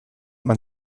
man